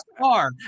Car